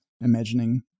imagining